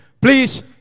Please